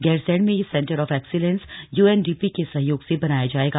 गैरसैंण में यह centre of excellence UNDP के सहयोग से बनाया जायेगा